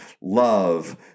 love